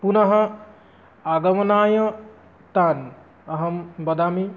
पुनः आगमनाय तान् अहं वदामि